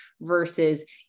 versus